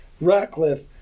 Ratcliffe